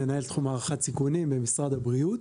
מנהל תחום הערכת סיכונים במשרד הבריאות.